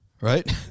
right